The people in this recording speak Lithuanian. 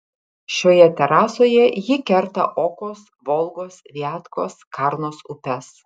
šioje terasoje ji kerta okos volgos viatkos karnos upes